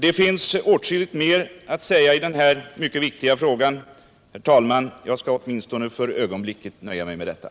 Det finns åtskilligt mer att säga i den här mycket viktiga frågan, herr talman, men jag skall åtminstone för ögonblicket nöja mig med detta.